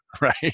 right